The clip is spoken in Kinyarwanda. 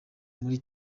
muri